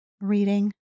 reading